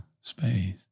space